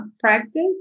practice